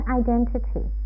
identity